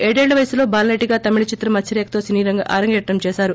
ఏడేళ్ల వయసులో బాలనటిగా తమిళ చిత్రం మత్సరేఖతో సినీరంగ అరంగేట్రం చేశారు